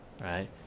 right